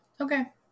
okay